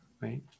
right